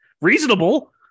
reasonable